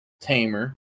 Tamer